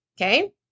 okay